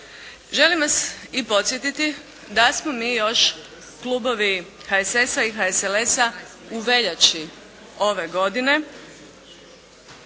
Želim vas i podsjetiti da smo mi još klubovi HSS-a i HSLS-a u veljači ove godine